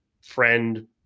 friend